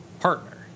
partner